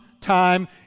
time